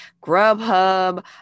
grubhub